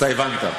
אתה הבנת.